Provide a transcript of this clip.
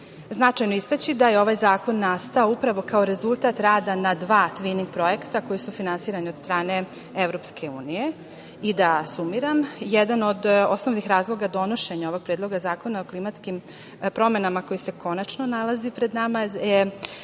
je istaći da je ovaj zakon nastao upravo kao rezultat rada na dva tvining projekta koji su finansirani od strane EU.Jedan od osnovnih razloga donošenja ovog Predloga zakona o klimatskim promenama koji se, konačno, nalazi pred nama je